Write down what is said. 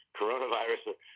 coronavirus